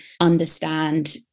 understand